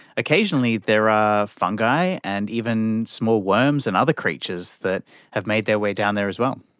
occasionally there are fungi and even small worms and other creatures that have made their way down there as well.